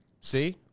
See